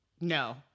No